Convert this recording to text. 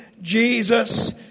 Jesus